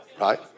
right